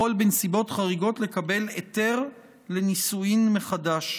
בנסיבות חריגות לקבל היתר לנישואין מחדש.